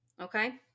okay